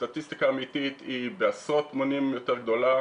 הסטטיסטיקה האמיתית היא בעשרות מונים יותר גדולה.